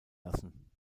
lassen